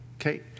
Okay